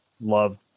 love